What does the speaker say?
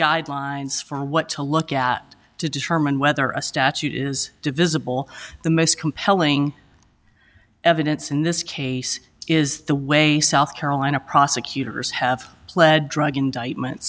guidelines for what to look at to determine whether a statute is divisible the most compelling evidence in this case is the way south carolina prosecutors have pled drug indictment